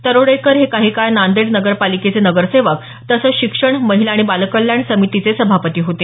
तरोडेकर हे काही काळ नांदेड नगरपालिकेचे नगरसेवक तसंच शिक्षण महिला आणि बालकल्याण समितीचे सभापती होते